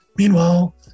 Meanwhile